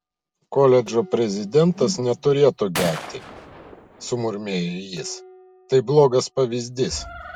koledžo prezidentas neturėtų gerti sumurmėjo jis tai blogas pavyzdys